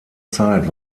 zeit